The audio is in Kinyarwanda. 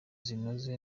zinoze